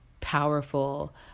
powerful